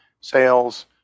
sales